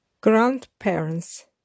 Grandparents